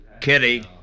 Kitty